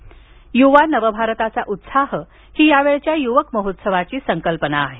युवा नवभारताचा उत्साह ही या वेळच्या युवक महोत्सवाची संकल्पना आहे